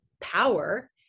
power